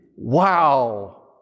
wow